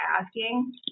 asking